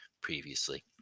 previously